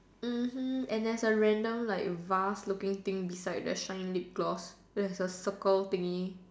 mmhmm and there's a random like vase looking thing beside the shine lip gloss there's a circle thingy